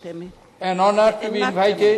ולמשלחתי.